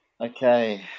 Okay